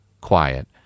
quiet